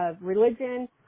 religion